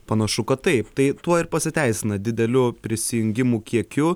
panašu kad taip tai tuo ir pasiteisina dideliu prisijungimų kiekiu